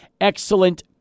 excellent